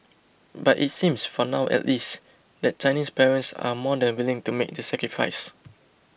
but it seems for now at least that Chinese parents are more than willing to make the sacrifice